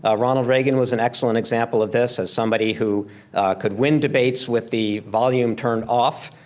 ah ronald reagan was an excellent example of this as somebody who could win debates with the volume turned off,